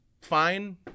fine